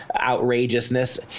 outrageousness